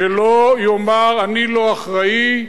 שלא יאמר, אני לא אחראי,